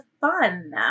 fun